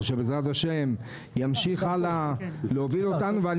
שבעזרת השם ימשיך הלאה להוביל אותנו.